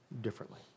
differently